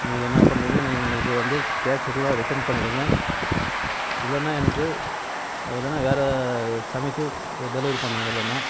நீங்கள் என்ன பண்ணுறீங்க நீங்கள் எங்களுக்கு வந்து கேஷெல்லாம் ரிட்டர்ன் பண்ணிவிடுங்க இல்லைன்னா எனக்கு இல்லைன்னா வேறு சமைச்சு டெலிவரி பண்ணுங்கள் இல்லைன்னா